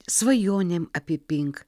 svajonėm apipink